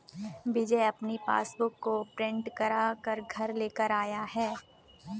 विजय अपनी पासबुक को प्रिंट करा कर घर लेकर आया है